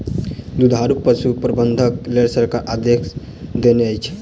दुधारू पशु प्रबंधनक लेल सरकार आदेश देनै अछि